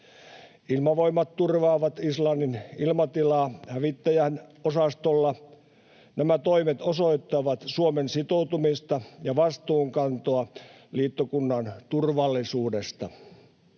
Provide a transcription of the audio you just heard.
Ilmavoimat turvaavat Islannin ilmatilaa hävittäjäosastolla. Nämä toimet osoittavat Suomen sitoutumista ja vastuunkantoa liittokunnan turvallisuudesta.